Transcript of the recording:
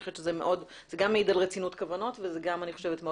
זה גם מעיד על רצינות כוונות וגם מאוד